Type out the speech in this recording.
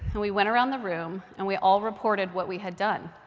and we went around the room, and we all reported what we had done.